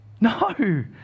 No